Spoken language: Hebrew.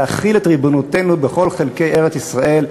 להחיל את ריבונותנו בכל חלקי ארץ-ישראל,